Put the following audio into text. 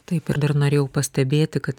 taip ir dar norėjau pastebėti kad